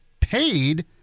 paid